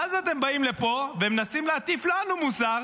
ואז אתם באים לפה ומנסים להטיף לנו מוסר